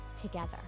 together